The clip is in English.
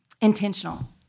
intentional